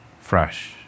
fresh